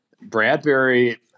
bradbury